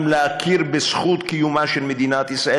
להכיר בזכות קיומה של מדינת ישראל,